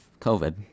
COVID